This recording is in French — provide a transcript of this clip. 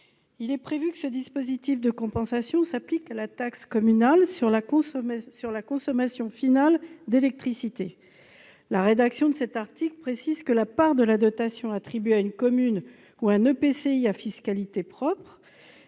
Il est prévu que ce dispositif de compensation s'applique à la taxe communale sur la consommation finale d'électricité (TCCFE), la rédaction de cet article précisant que la part de la dotation attribuée à une commune ou à un EPCI à fiscalité propre